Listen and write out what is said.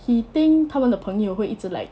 he think 他们的朋友会一直 like